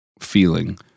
feeling